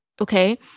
okay